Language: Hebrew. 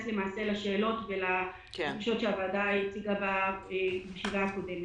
לשאלות ולדרישות שהוועדה הציגה בישיבה הקודמת.